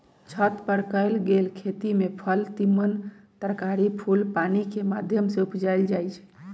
छत पर कएल गेल खेती में फल तिमण तरकारी फूल पानिकेँ माध्यम से उपजायल जाइ छइ